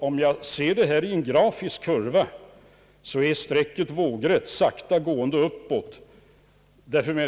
Om man ser detta som en grafisk kurva, finner man att strecket går sakta uppåt.